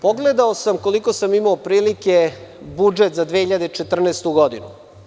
Pogledao sam, koliko sam imao prilike, budžet za 2014. godinu.